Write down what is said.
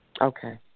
Okay